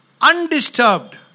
Undisturbed